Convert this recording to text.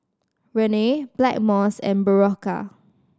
Rene Blackmores and Berocca